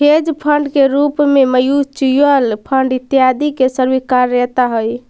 hedge fund के रूप में म्यूच्यूअल फंड इत्यादि के स्वीकार्यता हई